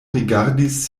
rigardis